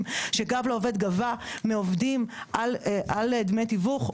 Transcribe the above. שקו לעובד גבה מעובדים על דמי תיווך,